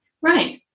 right